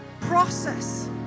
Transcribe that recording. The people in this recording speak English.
process